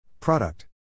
Product